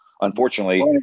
unfortunately